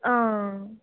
हांआं